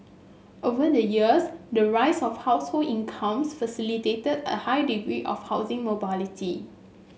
over the years the rise of household incomes facilitated a high degree of housing mobility